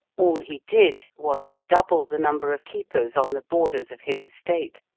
all he did was to double the number of keepers on the borders of his estate,